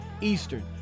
Eastern